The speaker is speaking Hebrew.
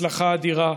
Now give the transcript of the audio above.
הצלחה אדירה.